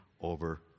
over